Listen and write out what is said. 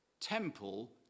temple